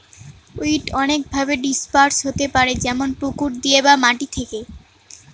weed অনেকভাবে disperse হতে পারে যেমন পুকুর দিয়ে বা মাটি থেকে